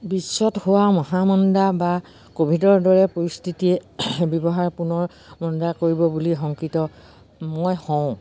বিশ্বত হোৱা মহামণ্ডা বা ক'ভিডৰ দৰে পৰিস্থিতিয়ে ব্যৱহাৰ পুনৰ মন বেয়া কৰিব বুলি শংকিত মই হওঁ